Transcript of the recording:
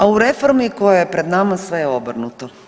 A u reformi koja je pred nama, sve je obrnuto.